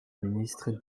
ministre